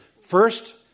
First